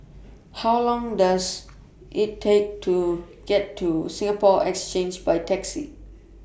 How Long Does IT Take to get to Singapore Exchange By Taxi